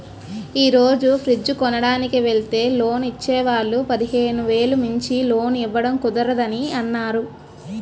ఈ రోజు ఫ్రిడ్జ్ కొనడానికి వెల్తే లోన్ ఇచ్చే వాళ్ళు పదిహేను వేలు మించి లోన్ ఇవ్వడం కుదరదని అన్నారు